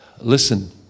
listen